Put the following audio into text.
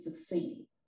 succeed